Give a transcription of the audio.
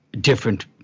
different